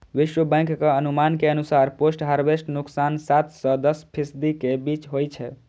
विश्व बैंकक अनुमान के अनुसार पोस्ट हार्वेस्ट नुकसान सात सं दस फीसदी के बीच होइ छै